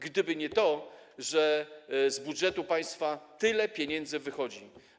Gdyby nie to, że z budżetu państwa tyle pieniędzy wychodzi.